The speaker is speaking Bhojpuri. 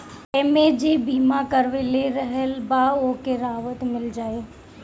एमे जे बीमा करवले रहल बा ओके राहत मिल जाई